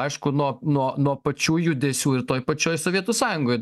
aišku nuo nuo nuo pačių judesių ir toj pačioj sovietų sąjungoj